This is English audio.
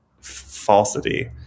falsity